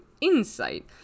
insight